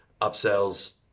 upsells